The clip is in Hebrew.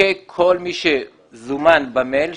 כל מי שזומן במייל.